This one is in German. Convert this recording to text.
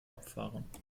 abfahren